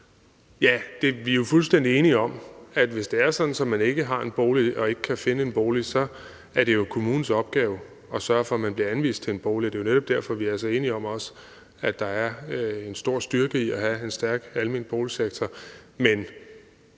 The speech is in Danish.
Ja, vi er jo fuldstændig enige om, at hvis det er sådan, at man ikke har en bolig og ikke kan finde en bolig, så er det kommunens opgave at sørge for, at man bliver anvist en bolig. Og det er jo netop derfor, vi også er enige om, at der er en stor styrke i at have en stærk almen boligsektor.